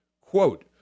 Quote